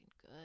good